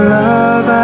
love